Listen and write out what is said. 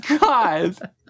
God